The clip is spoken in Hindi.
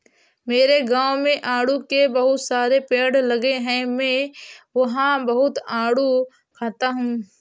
मेरे गाँव में आड़ू के बहुत सारे पेड़ लगे हैं मैं वहां बहुत आडू खाता हूँ